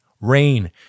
Rain